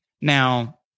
Now